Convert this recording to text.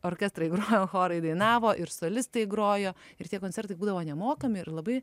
orkestrai grojo chorai dainavo ir solistai grojo ir tie koncertai būdavo nemokami ir labai